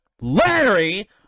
Larry